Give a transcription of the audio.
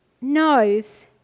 knows